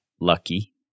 lucky